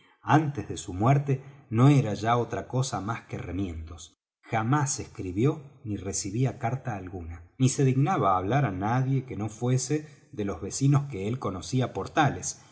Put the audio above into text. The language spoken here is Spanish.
antes de su muerte no era ya otra cosa más que remiendos jamás escribió ni recibía carta alguna ni se dignaba hablar á nadie que no fuese de los vecinos que él conocía